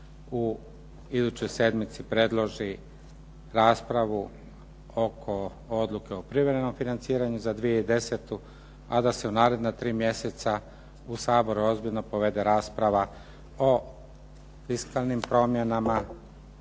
u idućoj sedmici predloži raspravu oko odluke o privremenom financiranju za 2010. a da se u naredna tri mjeseca u Saboru ozbiljno povede rasprava o fiskalnim promjenama